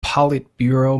politburo